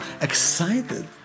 excited